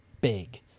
big